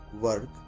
work